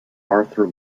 arthur